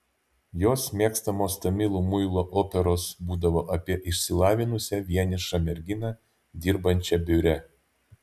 jos mėgstamos tamilų muilo operos būdavo apie išsilavinusią vienišą merginą dirbančią biure